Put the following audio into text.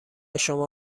شما